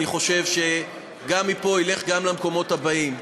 אני חושב שגם מפה הוא ילך גם למקומות הבאים: